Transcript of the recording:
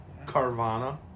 Carvana